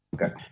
Okay